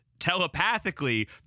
telepathically